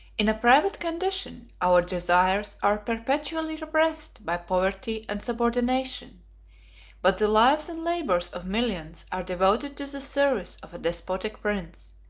in a private condition, our desires are perpetually repressed by poverty and subordination but the lives and labors of millions are devoted to the service of a despotic prince,